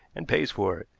and pays for it.